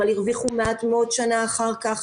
אבל הרוויחו מעט מאוד שנה אחר כך.